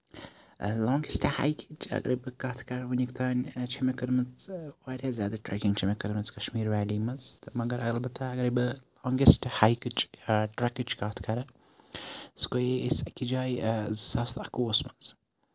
longest ہایکِنگٕچ اَگرٕے بہٕ کَتھ کرٕ ؤنیُک تانۍ چھےٚ مےٚ کٔرمٕژ واریاہ زیادٕ ٹریکِنگ چھےٚ مےٚ کٔرمٕژ کَشمیٖر ویلی منٛز تہٕ مَگر اَلبتہ اَگرٕے بہٕ لونگیسٹ ہایکٕچ ٹریکٕچ کَتھ کرٕ سُہ گٔے أسۍ أکِس جایہِ زٕ ساس اَکوُہَس منٛز